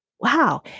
Wow